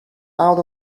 out